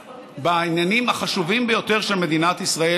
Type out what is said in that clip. בעניינים החשובים ביותר של מדינת ישראל,